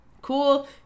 Cool